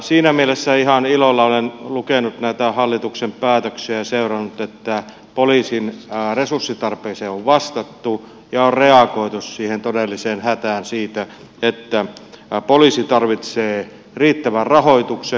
siinä mielessä ihan ilolla olen lukenut näitä hallituksen päätöksiä ja seurannut että poliisin resurssitarpeeseen on vastattu ja on reagoitu siihen todelliseen hätään siitä että poliisi tarvitsee riittävän rahoituksen